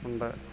ഉണ്ട്